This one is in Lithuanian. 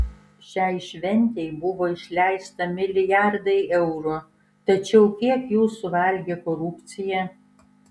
šiai šventei buvo išleista milijardai eurų tačiau kiek jų suvalgė korupcija